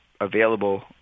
available